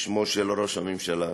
בשמו של ראש הממשלה.